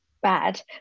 bad